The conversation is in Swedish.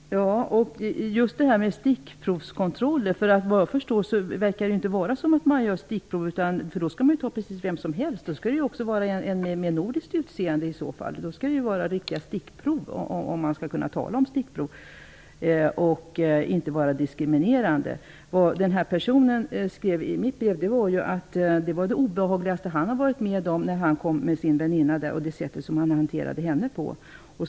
Fru talman! Ja, då har vi frågan om stickprovskontroller. Vad jag har förstått är det inte fråga om stickprov. I så fall skulle vem som helst kontrolleras, även den med nordiskt utseende. Det skall vara fråga om riktiga stickprov. De skall inte vara diskriminerande. I brevet till mig skriver denna person att hanteringen av denna kontroll av hans väninna var det obehagligaste han hade varit med om.